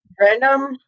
Random